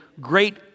great